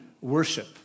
worship